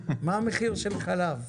מה המחיר של חלב?